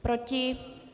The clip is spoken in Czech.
Proti?